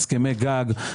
הסכמי גג,